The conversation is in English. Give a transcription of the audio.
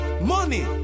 Money